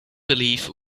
believe